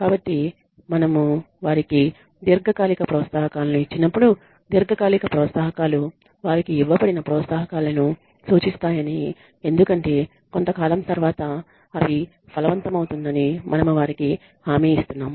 కాబట్టి మనము వారికి దీర్ఘకాలిక ప్రోత్సాహకాలను ఇచ్చినప్పుడు దీర్ఘకాలిక ప్రోత్సాహకాలు వారికి ఇవ్వబడిన ప్రోత్సాహకాలను సూచిస్తాయని ఎందుకంటే కొంతకాలం తర్వాత అది ఫలవంతమవుతుంది అని మనము వారికి హామీ ఇస్తున్నాము